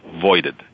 voided